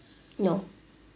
no